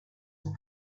were